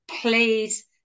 please